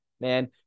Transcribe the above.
Man